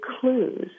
clues